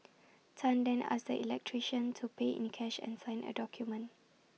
Tan then asked the electrician to pay in cash and sign A document